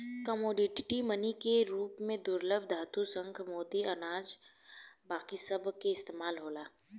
commodity money के रूप में दुर्लभ धातु, शंख, मोती, अनाज बाकी सभ के इस्तमाल होला